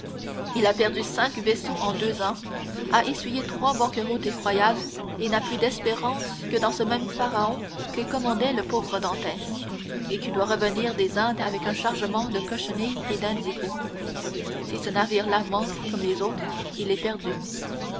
il a perdu cinq vaisseaux en deux ans a essuyé trois banqueroutes effroyables et n'a plus d'espérance que dans ce même pharaon que commandait le pauvre dantès et qui doit revenir des indes avec un chargement de cochenille et d'indigo si ce navire là manque comme les autres il est perdu